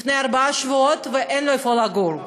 לפני ארבעה שבועות, ואין לו איפה לגור.